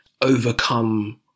overcome